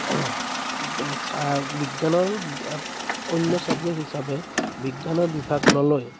বিজ্ঞানৰ অন্য চাবজেক্ট হিচাপে বিজ্ঞানৰ বিভাগ ন'লৈ